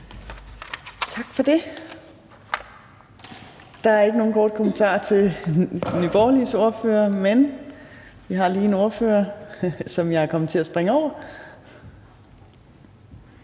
Tak for det. Der er ikke nogen korte bemærkninger til Nye Borgerliges ordfører, men vi har lige en ordfører, som jeg kom til at springe over,